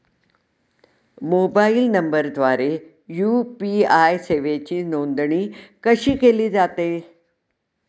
Mobile नंबरद्वारे UPI सेवेची नोंदणी कशी केली जाते?